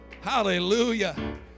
Hallelujah